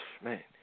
man